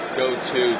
go-to